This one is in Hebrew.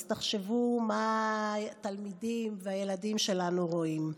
אז תחשבו מה התלמידים והילדים שלנו רואים.